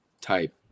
type